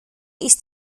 ist